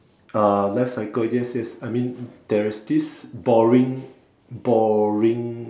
uh life cycle yes yes I mean there's this boring boring